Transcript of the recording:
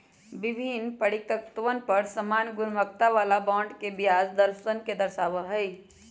विभिन्न परिपक्वतवन पर समान गुणवत्ता वाला बॉन्ड के ब्याज दरवन के दर्शावा हई